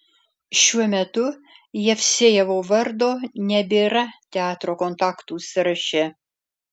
šiuo metu jevsejevo vardo nebėra teatro kontaktų sąraše